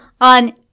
on